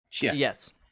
Yes